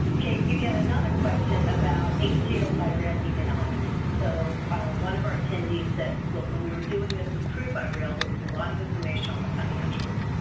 okay, you get another question about hgl by rail economics. so, ah one of our attendees said look when we were doing this of crude-by-rail there was a lot of information on the financials,